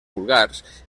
vulgars